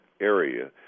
area